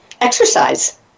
exercise